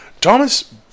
Thomas